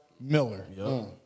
Miller